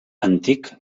antic